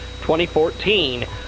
2014